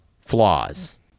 flaws